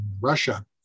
russia